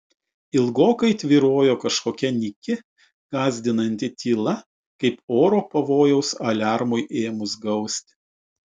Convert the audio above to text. ilgokai tvyrojo kažkokia nyki gąsdinanti tyla kaip oro pavojaus aliarmui ėmus gausti